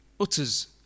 utters